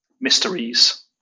mysteries